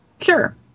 Sure